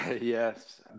Yes